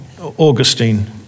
Augustine